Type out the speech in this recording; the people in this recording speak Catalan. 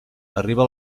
arriba